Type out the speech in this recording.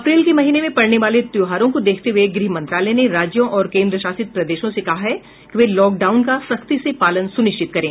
अप्रैल के महीने में पड़ने वाले त्योहारों को देखते हुए गृह मंत्रालय ने राज्यों और केन्द्रशासित प्रदेशों से कहा है कि वे लॉकडाउन का सख्ती से पालन सुनिश्चित करें